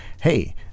hey